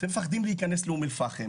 אתם מפחדים להיכנס לאום אל-פאחם